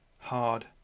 hard